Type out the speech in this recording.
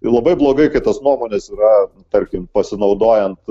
ir labai blogai kai tos nuomonės yra tarkim pasinaudojant